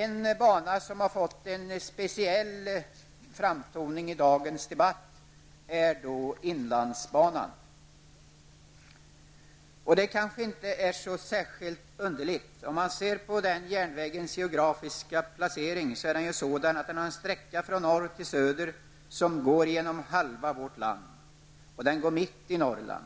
En bana som har fått en särskild framtoning i dagens debatt är inlandsbanan. Det kanske inte är så underligt. Den järnvägens geografiska placering är ju sådan att den har en sträcka från norr till söder genom halva vårt land -- och den går mitt i Norrland.